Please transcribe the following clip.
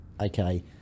okay